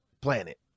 planet